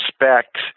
respect –